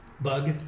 bug